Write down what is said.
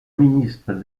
ministre